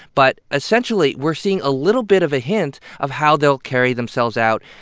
but, essentially, we're seeing a little bit of a hint of how they'll carry themselves out,